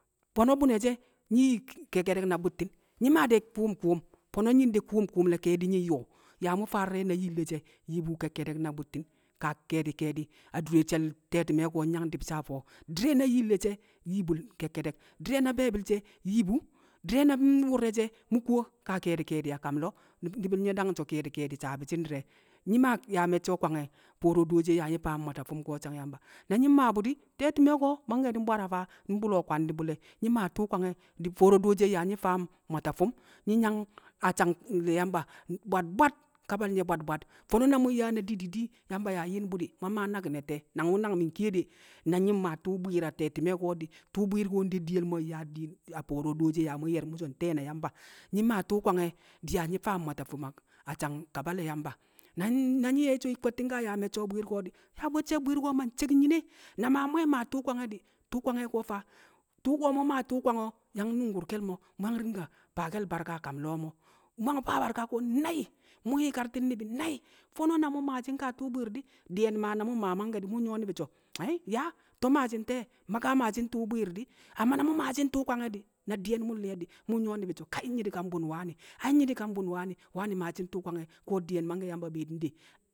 Fono bune she nyi yi kekke duk na buttin nyi macu de kuum kuum, fono nyin de kuum ne kedi nyin yo, mamu faa dire na yil she din yi kekkedek a bu̱tti̱n ka̱ ke̱di̱-ke̱di̱ a̱ du̱re̱ she̱l te̱ti̱me̱ ko̱ nyi̱ ya̱ng di̱b shi̱ a̱ fu̱ o̱. Di̱re̱ na̱ yi̱lle̱ she̱ nyi̱ bu̱ ke̱kke̱ do̱k, di̱re̱ na̱ be̱bi̱l she̱ nyi̱ bu̱, di̱re̱ na̱ wu̱rre̱ she̱ mu̱ku̱wo̱ ka̱ ke̱di̱ a̱ko̱m lo̱o̱ nyi̱ bi̱nge̱ da̱ng cho̱ ke̱di̱ cha̱bi̱ du̱n di̱re̱ nyi̱ ma̱ ma̱cce̱ kwa̱ngye̱ fo̱o̱ro̱ do̱di̱i̱ ya̱a̱ nyi̱ fa̱a̱m nwa̱ta̱ fi̱m a̱ cha̱ng ya̱mba̱, na̱ nyi̱ng ma̱bu̱di̱, ta̱ti̱ me̱ko̱ ma̱nge̱ di̱ng bwa̱ra̱ nbu̱ lo̱ kwa̱ndi̱ bu̱le̱ nyi̱ ma̱ tu̱u̱ kwna̱gye̱ di̱ fo̱o̱ro̱ lo̱chi̱ye̱ ya̱nyi̱ fa̱a̱m mwa̱to̱ fi̱m nyi̱ ya̱ng a̱ cha̱ng ne̱ ya̱mba̱ bwa̱t bwa̱t ka̱ba̱ha̱nge̱ bwa̱t bwa̱t fo̱o̱no̱ na̱ mu̱ng ya̱ na̱ di̱-di̱-di̱? mu̱ng ma̱a̱ nna̱ki̱ng te̱? na̱ng wu̱ mi̱ng kye̱de̱ na̱ mu̱ng ma̱a̱ tu̱u̱ bwi̱i̱r a̱te̱ti̱mo̱ko̱di̱ tu̱u̱ bwi̱r ya̱ng a̱de̱di̱ye̱lmo̱ ya̱ u̱ya̱ng ya̱chi̱ nte̱? Ya̱ mu̱ ya̱ng a̱ ye̱chu̱nte̱ na̱ na̱ ya̱mba̱? nyi̱ ma̱ tu̱u̱ Kwa̱ng ye̱ di̱ya̱ nyi̱ fa̱ mwa̱la̱ fi̱i̱m a̱ che̱ngne̱ ya̱mba̱ na̱ nyi̱ng ye̱ nyi̱cho̱ nyi̱ ya̱ng kwe̱tti̱ ya̱ me̱cche̱ bwi̱i̱r ko̱di̱ ya̱ me̱che̱ bwi̱i̱r ko̱ ma̱ng de̱ck nyi̱ne̱ na̱ ma̱ mwe̱ ma̱a̱ tu̱u̱ kwa̱ngya̱de̱ tu̱u̱ kwa̱ngye̱ ko̱ ya̱ng nu̱u̱gu̱r ke̱le̱ mo̱ nu̱nde̱ mu̱ya̱ng fa̱a̱ ba̱r ka̱ ma̱ya̱ng fa̱ ba̱rka̱ ko̱ na̱i̱, mu̱ yi̱ka̱rti̱n ni̱i̱bi̱ na̱i̱ fo̱no̱ na̱ mu̱ng ma̱ tu̱u̱ bwi̱i̱r di̱i̱ di̱ye̱n ma̱ na̱ mu̱ ma̱ngye̱ di̱ ni̱bi̱ ya̱ng ye̱chi̱ to̱ nya̱a̱ to̱ ma̱chi̱n nte̱? ta̱ ma̱ chi̱n tu̱u̱ bwi̱r di̱ na̱mu̱ ma̱a̱chi̱n ntu̱ kwa̱nge̱ a̱i̱ nyi̱ di̱ka̱ng bu̱n wa̱ne̱, wa̱ne̱ ma̱chi̱m tu̱u̱ kwa̱ngye̱ ko̱ di̱ye̱n ya̱mba̱ be̱ di̱ng de̱e̱.